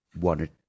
wanted